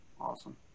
Awesome